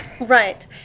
right